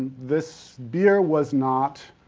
this, beer was not,